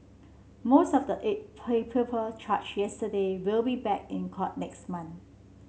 most of the eight people charge yesterday will be back in court next month